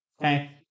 okay